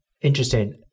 Interesting